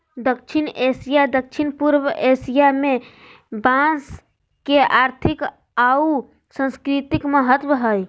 दक्षिण एशिया, दक्षिण पूर्व एशिया में बांस के आर्थिक आऊ सांस्कृतिक महत्व हइ